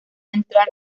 entrar